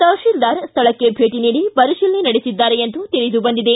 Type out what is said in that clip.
ತಹಶಿಲ್ದಾರ್ ಸ್ಥಳಕ್ಕೆ ಭೇಟಿ ನೀಡಿ ಪರಿಶೀಲನೆ ನಡೆಸಿದ್ದಾರೆ ಎಂದು ತಿಳಿದು ಬಂದಿದೆ